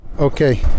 Okay